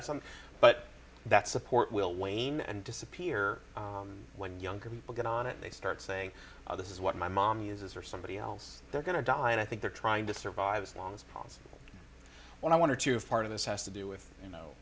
have some but that support will wane and disappear when younger people get on and they start saying this is what my mom uses for somebody else they're going to die and i think they're trying to survive as long as possible well i want to have part of this has to do with you know